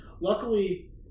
Luckily